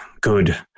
good